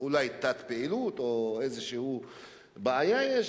הוא לא בהכרח מוצר